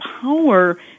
power